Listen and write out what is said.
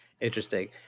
interesting